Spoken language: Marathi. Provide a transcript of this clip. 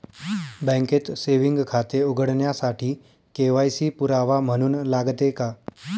बँकेत सेविंग खाते उघडण्यासाठी के.वाय.सी पुरावा म्हणून लागते का?